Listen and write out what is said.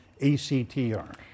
ACTR